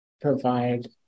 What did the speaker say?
provide